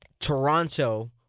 Toronto